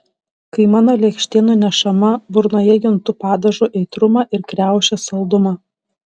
kai mano lėkštė nunešama burnoje juntu padažo aitrumą ir kriaušės saldumą